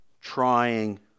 trying